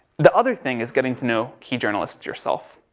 the other thing is getting to know key journalists yourself.